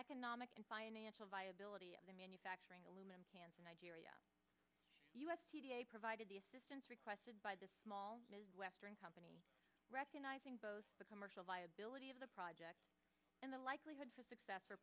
economic and financial viability of the manufacturing aluminum cans nigeria us provided the assistance requested by the small midwestern company recognizing both the commercial viability of the project and the likelihood for success